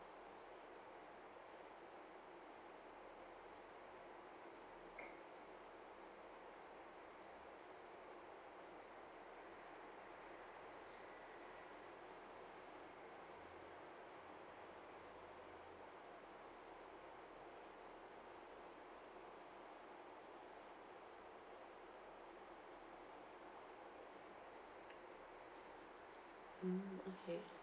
mm okay